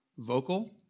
Vocal